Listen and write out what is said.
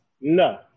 No